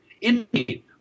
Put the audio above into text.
Indeed